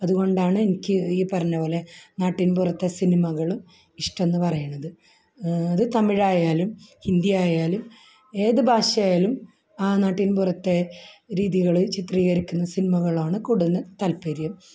അതുകൊണ്ടാണ് എനിക്ക് ഈ പറഞ്ഞത് പോലെ നാട്ടിൻപുറത്തെ സിനിമകളും ഇഷ്ടം എന്ന് പറയുന്നത് അത് തമിഴ് ആയാലും ഹിന്ദി ആയാലും ഏത് ഭാഷ ആയാലും ആ നാട്ടിൻപുറത്തെ രീതികൾ ചിത്രീകരിക്കുന്ന സിനിമകളാണ് കൂടുതൽ താല്പര്യം